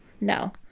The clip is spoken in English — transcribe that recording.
no